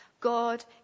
God